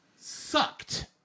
sucked